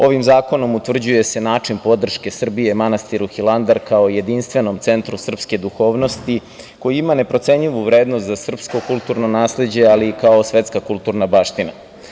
Ovim zakonom utvrđuje se način podrške Srbije manastiru Hilandar, kao jedinstvenom centru srpske duhovnosti, koji ima neprocenjivu vrednost za srpsko kulturno nasleđe, ali kao svetska kulturna baština.